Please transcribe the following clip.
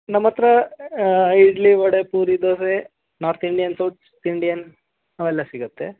ನಮ್ಮ ಹತ್ರ idli vada puri dosa north Indian south Indian ಅವೆಲ್ಲ ಸಿಗುತ್ತೆ